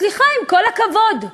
סליחה, עם כל הכבוד,